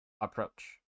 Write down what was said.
approach